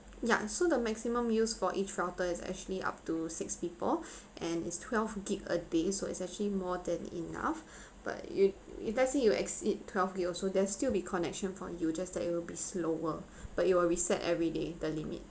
ya so the maximum use for each router is actually up to six people and it's twelve gig a day so it's actually more than enough but you if let's say you exceed twelve gig also there's still be connection from you just that it will be slower but it will reset everyday the limit